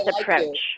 approach